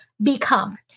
become